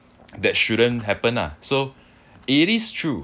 that shouldn't happen lah so it is true